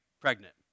pregnant